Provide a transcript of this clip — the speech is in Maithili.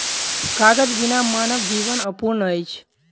कागज बिना मानव जीवन अपूर्ण अछि